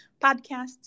podcasts